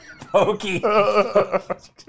Pokey